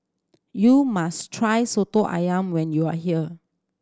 you must try Soto Ayam when you are here